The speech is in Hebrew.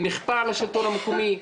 נכפה על השלטון המקומי.